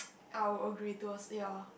I'll agree towards ya